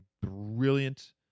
brilliant